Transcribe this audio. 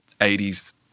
80s